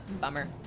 bummer